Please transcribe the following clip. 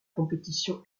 compétition